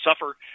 suffer